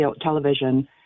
television